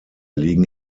liegen